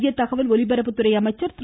மத்திய தகவல் ஒலிபரப்புத்துறை அமைச்சர் திரு